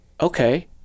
Okay